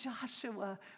Joshua